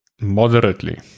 moderately